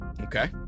Okay